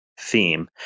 theme